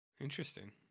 Interesting